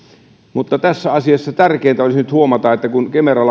mutta tässä asiassa tärkeintä olisi nyt huomata että kun kemera